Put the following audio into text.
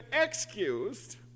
excused